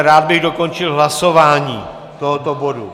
Rád bych dokončil hlasování tohoto bodu.